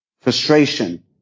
frustration